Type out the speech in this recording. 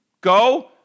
Go